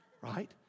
right